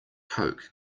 coke